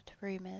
rumors